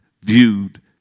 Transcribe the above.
viewed